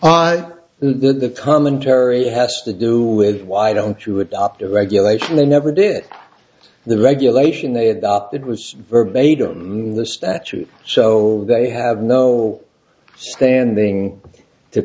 f the commentary has to do with why don't you adopt a regulation they never did the regulation they adopted was verbatim the statute so they have no standing to